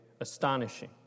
astonishing